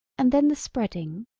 and then the spreading,